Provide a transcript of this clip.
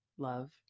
love